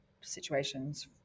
situations